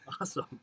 Awesome